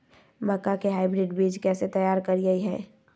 मक्का के हाइब्रिड बीज कैसे तैयार करय हैय?